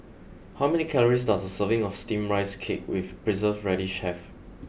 how many calories does a serving of steamed rice cake with preserved radish have